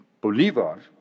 Bolivar